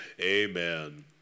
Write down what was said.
Amen